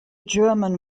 german